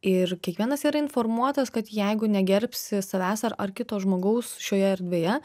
ir kiekvienas yra informuotas kad jeigu negerbsi savęs ar ar kito žmogaus šioje erdvėje